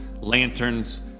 lanterns